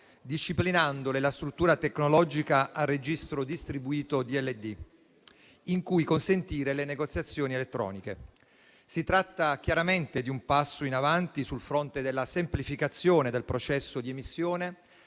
disciplinandone la struttura tecnologica a registro distribuito (DLT), in cui consentire le negoziazioni elettroniche. Si tratta chiaramente di un passo in avanti sul fronte della semplificazione del processo di emissione,